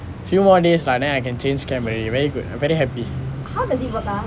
few more days right then I can change camp already very good I'm very happy